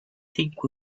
think